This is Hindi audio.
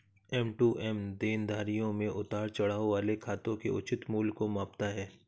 एम.टू.एम देनदारियों में उतार चढ़ाव वाले खातों के उचित मूल्य को मापता है